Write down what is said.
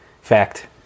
fact